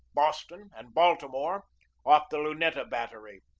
boston, and baltimore off the luneta battery,